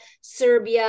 Serbia